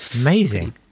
Amazing